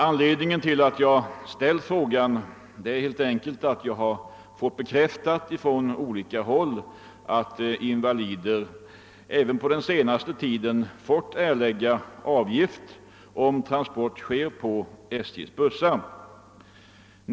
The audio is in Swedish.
Anledningen till att jag ställde frågan var att jag från olika håll fått bekräftat att invalider även på senaste tiden fått erlägga avgift för transport av rullstol på SJ:s bussar.